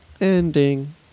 Ending